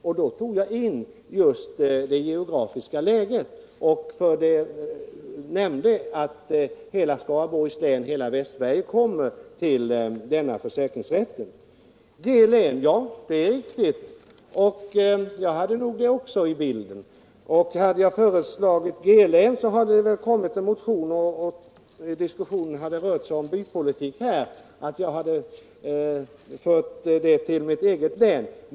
Då nämnde jag just det geografiska läget och framhöll att hela Skaraborgs län, hela Västsverige, kommer att höra till denna försäkringsrätt. Även jag hade G-länet med i bilden. Hade jag föreslagit G-länet, hade det väl kommit en motion om bypolitik och påståenden om att jag hade valt mitt eget län.